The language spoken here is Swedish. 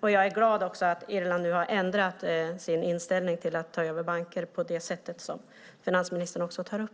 Jag är också glad över att Irland har ändrat sin inställning till att ta över banker på det sätt som finansministern tog upp.